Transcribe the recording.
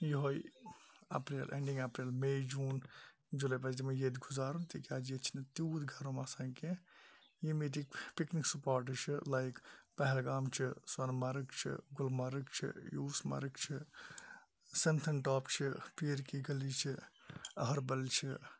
یُہے April ending April May June July پَزِ تِمَن ییٚتہِ گُزارُن تکیازِ ییٚتہِ چھُنہٕ تیوٗت گَرٕم آسان کینٚہہ یِم ییٚتِک پِکنِک سُپاٹٕس چھِ لایک پہلگام چھِ سۄنہٕ مرگ چھِ گُلمرگ چھِ یوٗس مرگ چھِ سَنتھن ٹاپ چھِ پیٖر کی گلی چھِ أہَربَل چھِ